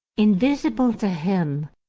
invisible to him,